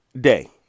day